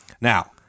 Now